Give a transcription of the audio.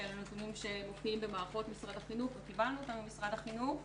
שהם נתונים שמופיעים במערכות משרד החינוך וקיבלנו אותם ממשרד החינוך,